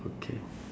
okay